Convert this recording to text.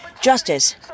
justice